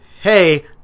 hey